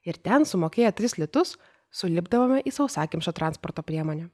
ir ten sumokėję tris litus sulipdavome į sausakimšą transporto priemonę